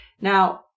Now